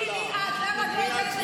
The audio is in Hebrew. לא צריך להוכיח לך.